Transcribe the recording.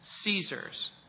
Caesar's